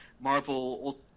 Marvel